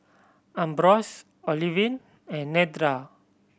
Ambrose Olivine and Nedra